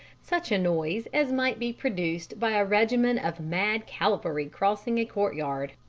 such a noise as might be produced by a regiment of mad cavalry crossing a courtyard.